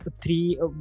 three